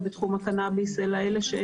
רק אומר בתור קוריוז, שאני